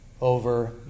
over